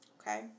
Okay